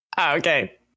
okay